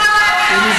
לא, הוא לא אוהב את זה.